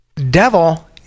Devil